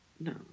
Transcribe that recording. No